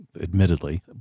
admittedly